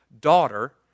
daughter